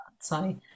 Sorry